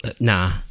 nah